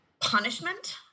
punishment